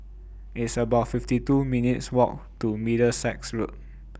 It's about fifty two minutes' Walk to Middlesex Road